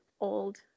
old